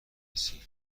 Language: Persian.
رسی